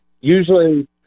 usually